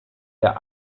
der